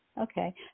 okay